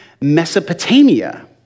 Mesopotamia